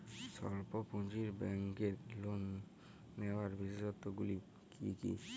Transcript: স্বল্প পুঁজির ব্যাংকের লোন নেওয়ার বিশেষত্বগুলি কী কী?